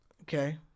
Okay